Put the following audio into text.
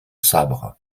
sabre